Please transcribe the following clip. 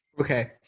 Okay